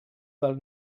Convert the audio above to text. del